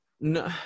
No